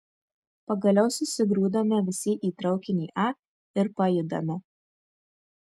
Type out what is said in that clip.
pagaliau susigrūdame visi į traukinį a ir pajudame